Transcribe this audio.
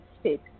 state